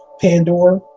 Pandora